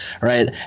Right